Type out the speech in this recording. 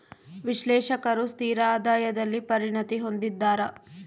ವಿಶ್ಲೇಷಕರು ಸ್ಥಿರ ಆದಾಯದಲ್ಲಿ ಪರಿಣತಿ ಹೊಂದಿದ್ದಾರ